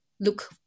look